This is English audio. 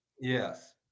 Yes